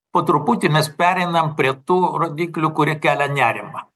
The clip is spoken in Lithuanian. po truputį mes pereinam prie tų rodiklių kurie kelia nerimą